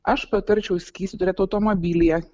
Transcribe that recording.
aš patarčiau skystį turėt automobilyje